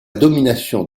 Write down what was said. domination